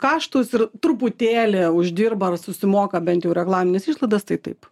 kaštus ir truputėlį uždirba ar susimoka bent jau reklamines išlaidas tai taip